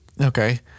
Okay